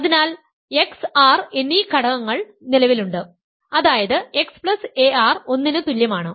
അതിനാൽ x r എന്നീ ഘടകങ്ങൾ നിലവിലുണ്ട് അതായത് xar ഒന്നിന് തുല്യമാണ്